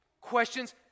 questions